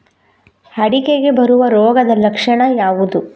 ಅಡಿಕೆಗೆ ಬರುವ ರೋಗದ ಲಕ್ಷಣ ಯಾವುದು?